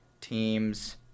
teams